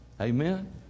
Amen